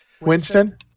Winston